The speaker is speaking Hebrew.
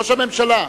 ראש הממשלה,